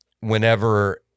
whenever